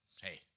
Hey